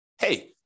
hey